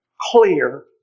clear